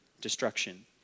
destruction